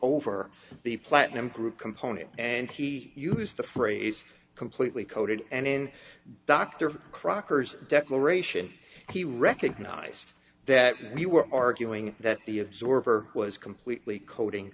over the platinum group component and he used the phrase completely coated and in dr crocker's declaration he recognized that we were arguing that the absorber was completely coating